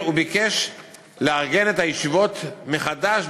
הוא ביקש לארגן את הישיבות מחדש,